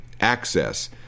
access